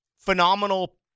phenomenal